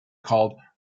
called